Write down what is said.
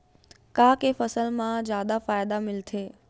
का के फसल मा जादा फ़ायदा मिलथे?